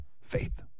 Faith